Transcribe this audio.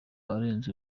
arenze